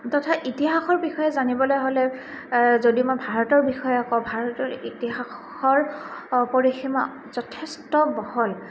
তথা ইতিহাসৰ বিষয়ে জানিবলৈ হ'লে যদি মই ভাৰতৰ বিষয়ে কওঁ ভাৰতৰ ইতিহাসৰ পৰিসীমা যথেষ্ট বহল